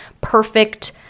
perfect